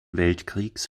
weltkriegs